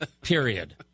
period